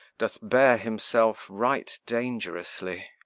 doth bear himself right dangerously.